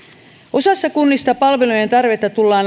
osassa kunnista palvelujen tarvetta tullaan